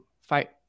fight